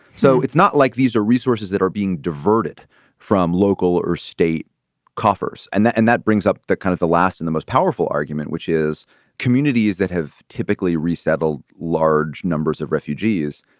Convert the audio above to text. so it's not like these are resources that are being diverted from local or state coffers. and that and that brings up the kind of the last and the most powerful argument, which is communities that have typically resettled large numbers of refugees,